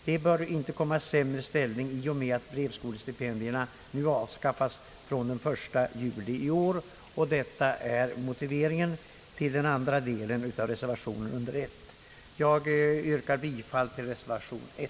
De bör inte komma i sämre ställning i och med att brevskolestipendierna nu avskaffas från den 1 juli i år. Detta är motiveringen till den andra delen av reservationen under I. Jag yrkar bifall till reservation I.